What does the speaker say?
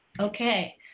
Okay